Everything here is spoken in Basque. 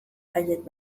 haiek